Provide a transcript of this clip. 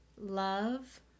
love